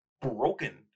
broken